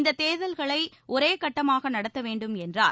இந்தத் தேர்தல்களை ஒரே கட்டமாக நடத்த வேண்டும் என்றார்